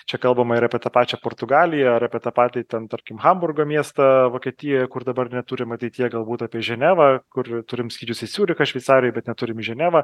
čia kalbama ir apie tą pačią portugaliją ar apie tą patį ten tarkim hamburgo miestą vokietijoje kur dabar neturim ateityje galbūt apie ženevą kur turim skyrius į ciūrichą šveicarijoj bet neturim į ženeva